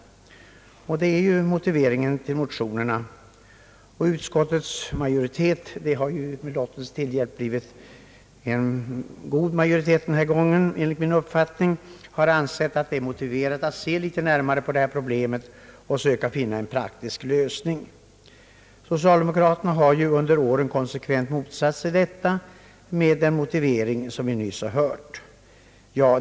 Det är motiveringen till motionerna. Utskottets majoritet har med lottens hjälp blivit en god majoritet denna gång. Den har ansett att det är motiverat att titta litet närmare på dessa problem och söka finna en praktisk lösning. Socialdemokraterna har ju under åren motsatt sig detta med den motivering som vi nyss hört.